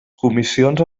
comissions